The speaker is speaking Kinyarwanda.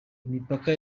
imipaka